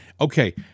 okay